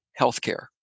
healthcare